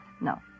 no